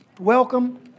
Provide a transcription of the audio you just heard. Welcome